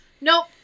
Nope